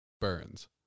burns